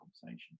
conversation